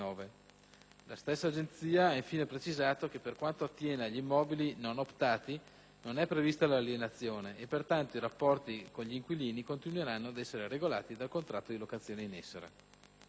La stessa Agenzia ha, infine, precisato che per quanto attiene agli immobili non optati non è prevista l'alienazione e, pertanto, i rapporti con gli inquilini continueranno ad essere regolati dal contratto di locazione in essere.